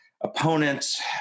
opponents